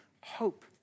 hope